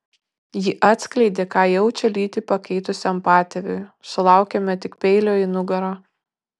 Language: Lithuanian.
ji atskleidė ką jaučia lytį pakeitusiam patėviui sulaukėme tik peilio į nugarą